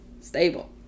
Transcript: stable